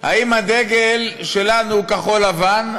האם הדגל שלנו כחול-לבן?